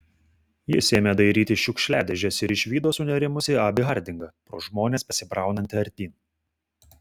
jis ėmė dairytis šiukšliadėžės ir išvydo sunerimusį abį hardingą pro žmones besibraunantį artyn